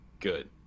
good